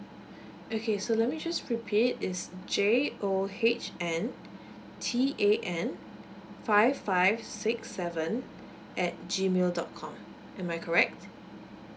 okay so let me just repeat is j o h n t a n five five six seven at G mail dot com am I correct